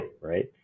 right